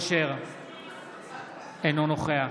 אינו נוכח